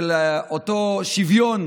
אז, הצעת החוק,